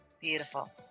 Beautiful